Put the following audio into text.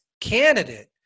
candidate